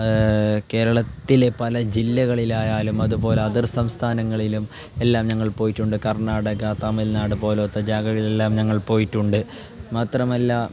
കേരളത്തിലെ പല ജില്ലകളിലായാലും അതുപോലെ അതർ സംസ്ഥാനങ്ങളിലും എല്ലാം ഞങ്ങൾ പോയിട്ടുണ്ട് കർണാടക തമിഴ്നാട് പോലത്തെ ജാകകളിലെല്ലാം ഞങ്ങൾ പോയിട്ടുണ്ട് മാത്രമല്ല